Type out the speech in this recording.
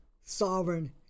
sovereign